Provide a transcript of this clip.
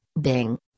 Bing